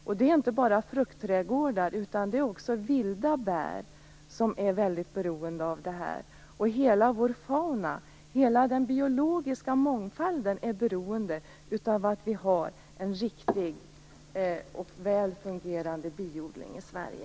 Det gäller inte bara fruktträdgårdar, utan även vilda bär är väldigt beroende av detta. Hela vår fauna, hela den biologiska mångfalden, är beroende av att vi har en riktig och väl fungerande biodling i Sverige.